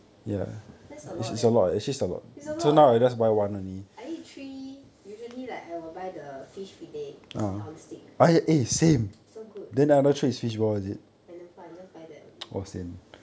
that's a lot leh it's a lot leh I eat three usually like I will buy the fish fillet on stick so good